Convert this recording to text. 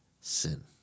sin